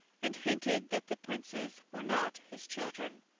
and hinted that the princes were not his children.